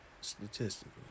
Statistically